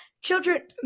Children